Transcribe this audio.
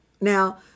Now